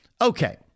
Okay